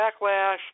backlash